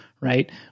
right